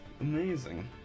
Amazing